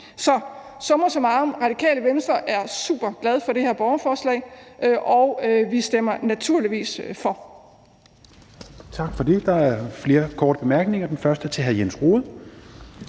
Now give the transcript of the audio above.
Så summa summarum: Radikale Venstre er super glad for det her borgerforslag, og vi stemmer naturligvis for.